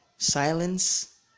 Silence